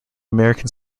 american